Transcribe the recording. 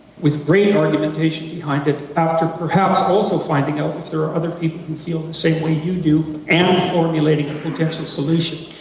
with great argumentation behind it after perhaps also finding out if there're other people who feel the same way you do and formulating a potential solution.